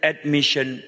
Admission